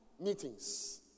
meetings